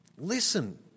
Listen